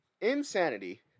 Insanity